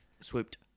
Swooped